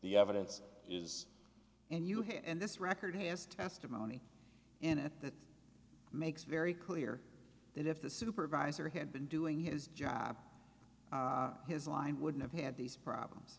the evidence is and you have and this record is testimony in it that makes very clear that if the supervisor had been doing his job his mind wouldn't have had these problems